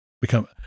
become